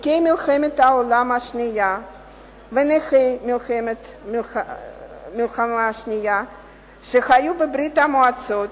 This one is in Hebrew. ותיקי מלחמת העולם השנייה ונכי המלחמה שחיו בברית-המועצות